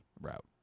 route